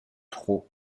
trop